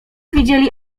widzieli